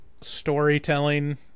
storytelling